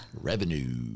revenue